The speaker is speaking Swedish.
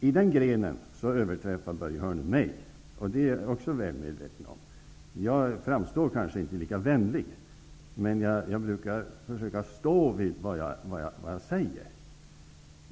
I den grenen överträffar Börje Hörnlund mig. Det är jag också väl medveten om. Jag framstår kanske inte som lika vänlig, men jag brukar försöka stå vid vad jag säger.